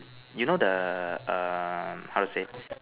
you know the a how say